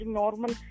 normal